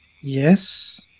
Yes